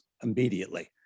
immediately